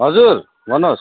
हजुर भन्नु होस्